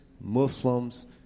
Muslims